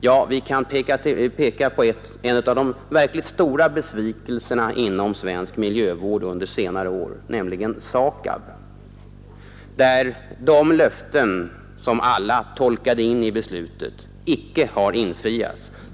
Jag kan peka på en av de verkligt stora besvikelserna inom svensk miljövård under senare år, nämligen SAKAB. De löften som alla tolkade in i beslutet när dess verksamhet startade har icke infriats.